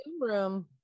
room